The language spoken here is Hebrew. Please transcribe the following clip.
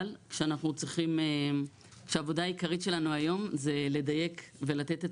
אבל כשהעבודה העיקרית שלנו היום זה לדייק ולתת את